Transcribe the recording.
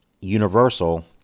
Universal